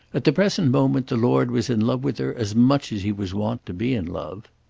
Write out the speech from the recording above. at the present moment the lord was in love with her as much as he was wont to be in love.